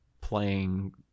playing